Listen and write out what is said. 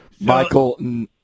michael